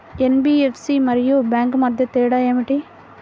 NBFC మరియు bank మధ్య తేడా ఏమిటీ?